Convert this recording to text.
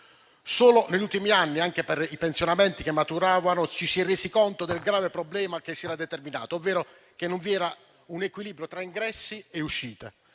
Solo negli ultimi anni, anche per i pensionamenti che maturavano, ci si è resi conto del grave problema che si era determinato, ovvero che non vi era un equilibrio tra ingressi e uscite.